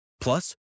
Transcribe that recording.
Plus